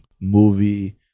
movie